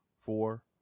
four